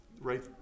right